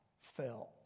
felt